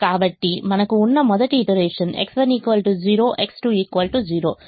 కాబట్టి మనకు ఉన్న మొదటి ఇతరేషన్ X1 0 X2 0